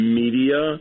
media